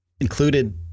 included